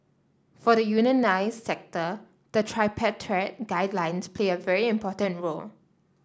for the unionised sector the tripartite guidelines play a very important role